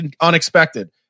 unexpected